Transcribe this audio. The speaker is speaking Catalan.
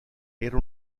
era